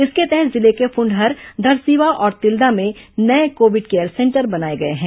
इसके तहत जिले के फुंडहर धरसीवां और तिल्दा में नये कोविड केयर सेंटर बनाए गए हैं